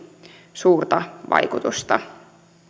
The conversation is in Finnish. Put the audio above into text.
suurta vaikutusta